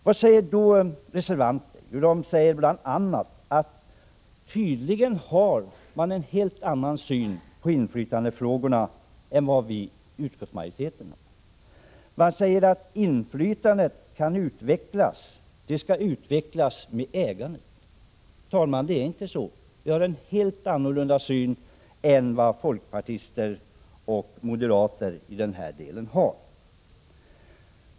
Vad säger då reservanterna? De har tydligen en helt annan syn på inflytandefrågorna än utskottsmajoriteten. Reservanterna säger att inflytandet över boende skall utvecklas genom ägande. Så är det inte. Vi i utskottsmajoriteten har i den delen en helt annan syn än folkpartister och moderater.